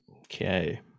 Okay